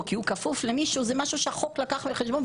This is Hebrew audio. כי הוא כפוף למישהו זה משהו שהחוק לקח בחשבון,